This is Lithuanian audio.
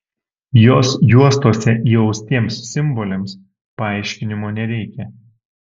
jos juostose įaustiems simboliams paaiškinimo nereikia